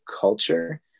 culture